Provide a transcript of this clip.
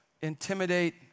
intimidate